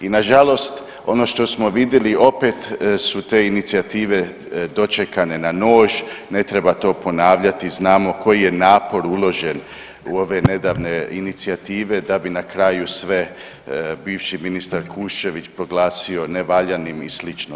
I nažalost, ono što smo vidjeli opet su te inicijative dočekane na nož, ne treba to ponavljati znamo koji je napor uložen u ove nedavne inicijative da bi na kraju sve bivši ministar Kuščević proglasio nevaljanim i sl.